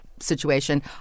situation